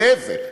להפך.